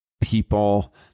people